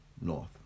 north